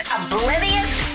oblivious